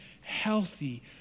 healthy